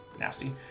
nasty